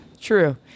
True